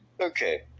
Okay